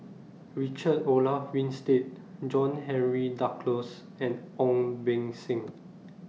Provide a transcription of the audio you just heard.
Richard Olaf Winstedt John Henry Duclos and Ong Beng Seng